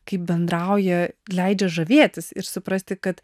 kaip bendrauja leidžia žavėtis ir suprasti kad